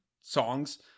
songs